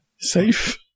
safe